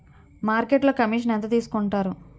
మార్కెట్లో కమిషన్ ఎంత తీసుకొంటారు?